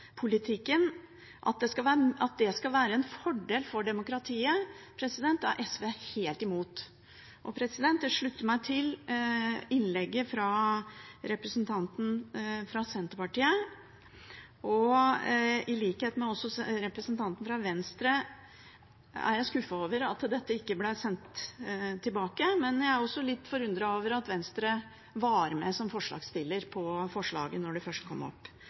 at det skal være en fordel for demokratiet – er SV helt imot. Jeg slutter meg til innlegget fra representanten fra Senterpartiet, og i likhet med også representanten fra Venstre er jeg skuffet over at dette ikke ble sendt tilbake – men jeg er også litt forundret over at Venstre var med som forslagsstiller da forslaget først kom opp.